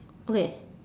okay